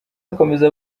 akomeza